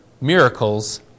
miracles